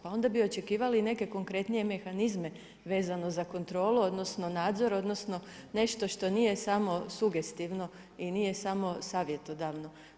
Pa onda bi očekivali i neke konkretnije mehanizme vezano za kontrolu, odnosno, nadzor, odnosno, nešto što nije samo sugestivno i nije samo savjetodavno.